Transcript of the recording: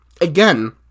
again